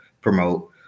promote